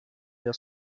der